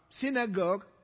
synagogue